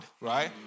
right